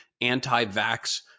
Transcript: anti-vax